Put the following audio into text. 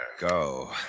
Go